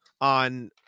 on